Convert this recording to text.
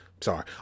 sorry